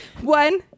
one